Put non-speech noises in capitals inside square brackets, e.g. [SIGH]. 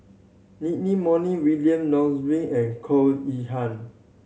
[UNINTELLIGIBLE] Moey William Nervois and Goh Yihan